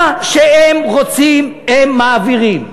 מה שהם רוצים הם מעבירים.